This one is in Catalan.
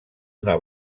una